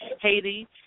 Haiti